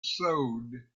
sewed